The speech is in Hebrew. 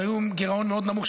שהיו עם גירעון מאוד נמוך,